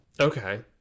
Okay